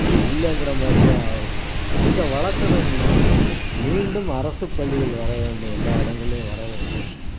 இப்போ இல்லங்கிற மாதிரிதான் ஆகுது இதை வளர்க்கணும்ன்னா மீண்டும் அரசு பள்ளிகள் வரவேண்டும் எல்லா இடங்களியும் வரவேண்டும்